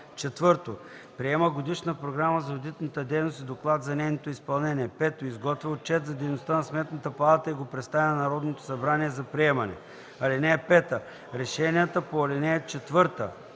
4. приема Годишна програма за одитната дейност и доклад за нейното изпълнение. 5. изготвя отчет за дейността на Сметната палата и го представя на Народното събрание за приемане. (5) Решенията по ал. 4, т.